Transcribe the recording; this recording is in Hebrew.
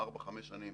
ארבע-חמש שנים